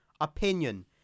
Opinion